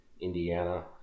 Indiana